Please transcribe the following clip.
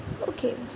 okay